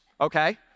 okay